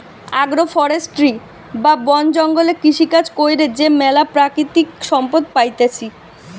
agro forestry বা বন জঙ্গলে কৃষিকাজ কইরে যে ম্যালা প্রাকৃতিক সম্পদ পাইতেছি